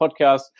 Podcast